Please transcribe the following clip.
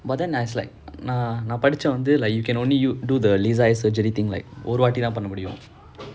but then நான் நான் படிச்சேன் வந்து:naan naan padichaen vanthu you can only you do the laser surgery thing like ஒரு வாட்டி தான் பண்னண முடியும்:oru vaati thaan pannna mudiyum